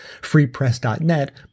Freepress.net